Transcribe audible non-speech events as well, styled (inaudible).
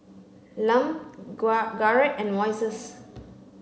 Lum (unintelligible) Garrett and Moises